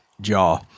jaw